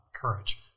courage